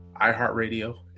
iHeartRadio